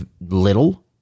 Little